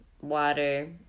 water